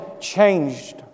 changed